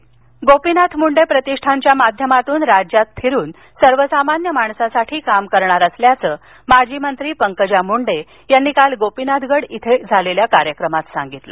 पंकजा मंडे बीड गोपीनाथ मुंडे प्रतिष्ठानच्या माध्यमातून राज्यात फिरून सर्वसामान्य माणसासाठी काम करणार असल्याचं माजी मंत्री पंकजा मुंडे यांनी काल गोपीनाथ गड इथल्या कार्यक्रमात सांगितलं